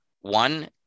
one